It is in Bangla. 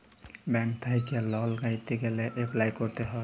ব্যাংক থ্যাইকে লল পাইতে গ্যালে এপ্লায় ক্যরতে হ্যয়